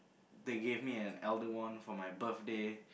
they gave me a elder wand for my birthday